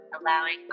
Allowing